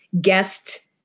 guest